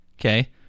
Okay